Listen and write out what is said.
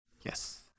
Yes